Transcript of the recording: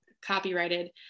copyrighted